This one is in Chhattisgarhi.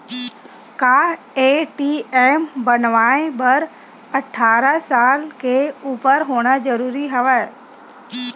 का ए.टी.एम बनवाय बर अट्ठारह साल के उपर होना जरूरी हवय?